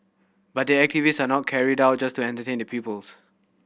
but the activities are not carried out just to entertain the pupils